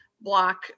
block